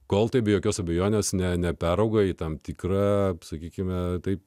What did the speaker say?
kol tai be jokios abejonės ne neperauga į tam tikra sakykime taip